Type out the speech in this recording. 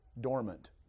dormant